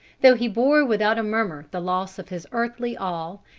though he bore without a murmur the loss of his earthly all,